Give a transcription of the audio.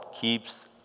keeps